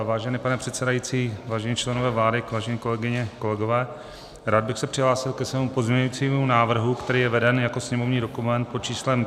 Vážený pane předsedající, vážení členové vlády, vážené kolegyně, kolegové, rád bych se přihlásil ke svému pozměňujícímu návrhu, který je veden jako sněmovní dokument pod číslem 5373.